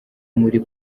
muri